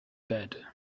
bed